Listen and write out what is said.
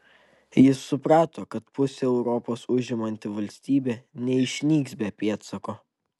jis suprato kad pusę europos užimanti valstybė neišnyks be pėdsako